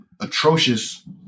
atrocious